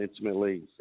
intimately